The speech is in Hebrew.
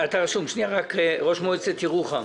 ראש מועצת ירוחם,